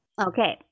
okay